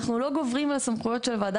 אנחנו לא גוברים על הסמכויות של הוועדה